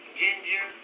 ginger